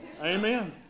Amen